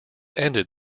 ended